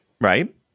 Right